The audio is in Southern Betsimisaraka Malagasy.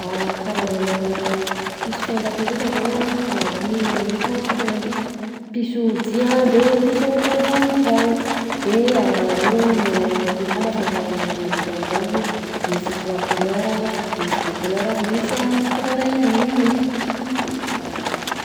Karazanà piso fantako ndraika zao a aroy haiko magnavaka ananjy: pisodia, de piso an-dragno; de io a amin'ny alalan'ny lokony koa ma ahafantarana an'le an-dragno hoe misy trois couleur a, misy deux couleur a de misy couleur a in- unique, de karahan'zany.